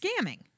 scamming